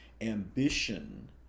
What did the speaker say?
ambition